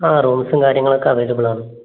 ആ റൂംസും കാര്യങ്ങളൊക്കെ അവൈലബിൾ ആണ്